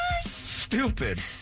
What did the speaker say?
stupid